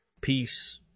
peace